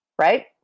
right